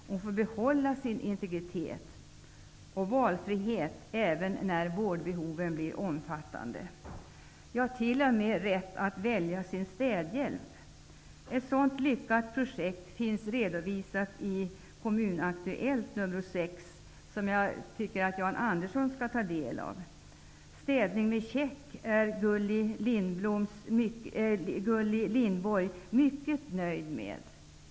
De skall få behålla sin integritet och valfrihet även när vårdbehoven blir omfattande. De skall t.o.m. ha rätt att välja sin städhjälp. Ett sådant lyckat projekt finns redovisat i Kommunaktuellt nr 6, som jag tycker att Jan Andersson skall ta del av. Städning med check är Gulli Lindborg mycket nöjd med.